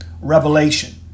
revelation